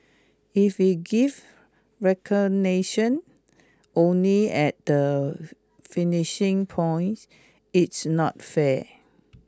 if we give recognition only at the finishing point it's not fair